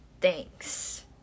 Thanks